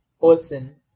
person